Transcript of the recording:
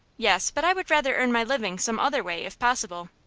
yes but i would rather earn my living some other way, if possible.